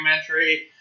documentary